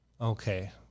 Okay